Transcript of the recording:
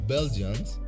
Belgians